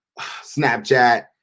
Snapchat